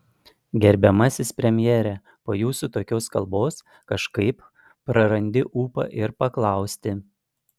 gerbiamasis premjere po jūsų tokios kalbos kažkaip prarandi ūpą ir paklausti